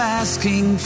asking